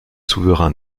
souverains